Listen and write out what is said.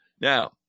Now